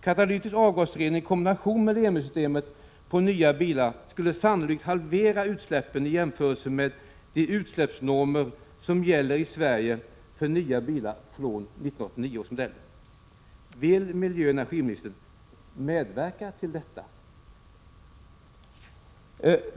Katalytisk avgasrening i kombination med LEMI-systemet på nya bilar skulle sannolikt halvera utsläppen i jämförelse med de utsläppsnormer som gäller i Sverige för nya bilar fr.o.m. 1989 års modeller. Vill miljöoch energiministern medverka till detta?